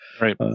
Right